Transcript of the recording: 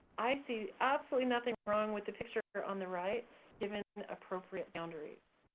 i see absolutely nothing wrong with the picture on the right given appropriate boundaries.